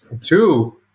Two